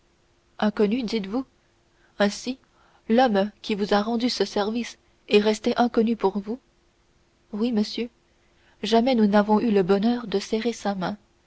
inconnu dites-vous ainsi l'homme qui vous a rendu ce service est resté inconnu pour vous oui monsieur jamais nous n'avons eu le bonheur de serrer sa main